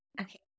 Okay